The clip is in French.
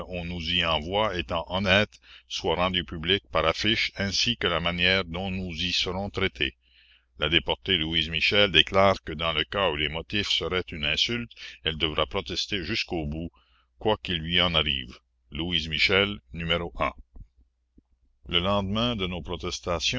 on nous y envoie étant honnêtes soient rendus publics par affiche ainsi que la manière dont nous y serons traitées la déportée louise michel déclare que dans le cas où les motifs seraient une insulte elle devra protester jusqu'au bout quoi qu'il lui en arrive louise michel n e lendemain de nos protestations